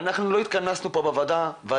אני אומר לכם כחברי ועדה